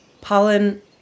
pollen